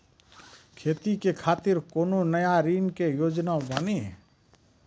खेती के खातिर कोनो नया ऋण के योजना बानी?